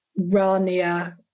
Rania